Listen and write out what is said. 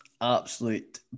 absolute